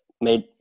made